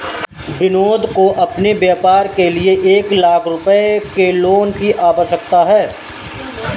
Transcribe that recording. विनोद को अपने व्यापार के लिए एक लाख रूपए के लोन की आवश्यकता है